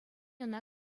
ӑна